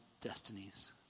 destinies